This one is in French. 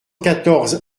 quatorze